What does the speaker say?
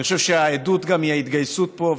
ואני חושב שהעדות היא ההתגייסות פה.